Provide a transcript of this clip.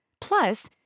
Plus